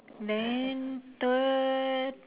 then third